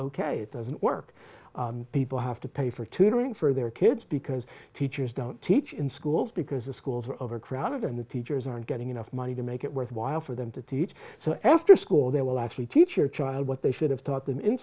ok it doesn't work people have to pay for tutoring for their kids because teachers don't teach in schools because the schools are overcrowded and the teachers aren't getting enough money to make it worth while for them to teach so after school there will actually teach your child what they should have taught them in